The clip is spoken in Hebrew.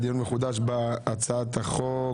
דיון מחודש בהצעת החוק,